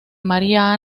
maría